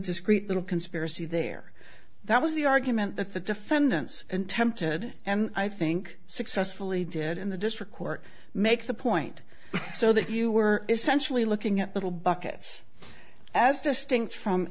discrete little conspiracy there that was the argument that the defendants and tempted and i think successfully did in the district court make the point so that you were essentially looking at little buckets as distinct from